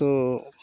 तो